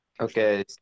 Okay